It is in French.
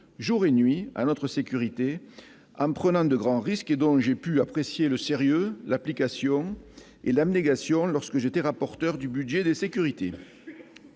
jour et nuit à notre sécurité en prenant de grands risques. J'ai pu apprécier le sérieux, l'application et l'abnégation de tous ces personnels lorsque j'étais rapporteur du budget des sécurités.